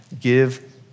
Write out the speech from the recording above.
give